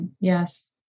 Yes